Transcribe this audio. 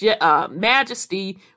majesty